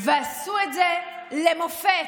ועשו את זה למופת,